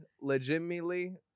legitimately